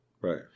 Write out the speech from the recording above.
Right